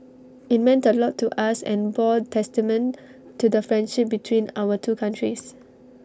IT meant A lot to us and bore testament to the friendship between our two countries